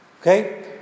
Okay